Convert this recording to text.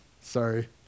Sorry